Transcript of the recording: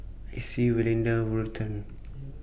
Icey Valinda Burton